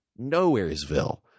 Nowheresville